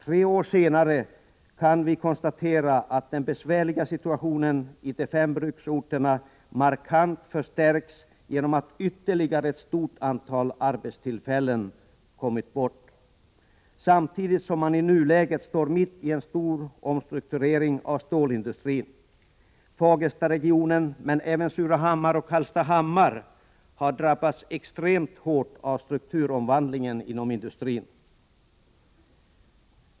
Tre år senare kan man konstatera att den besvärliga situationen i de fem bruksorterna markant förstärkts genom att ytterligare ett stort antal arbetstillfällen försvunnit, samtidigt som man i nuläget står mitt i en stor omstrukturering av stålindstrin. Fagerstaregionen, men även Surahammar och Hallstahammar, har drabbats extremt hårt av strukturomvandlingen inom industrin.